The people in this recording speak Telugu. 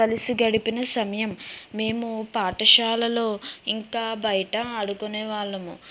కలిసి గడిపిన సమయం మేము పాఠశాలలో ఇంకా బయట ఆడుకునే వాళ్ళము